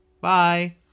bye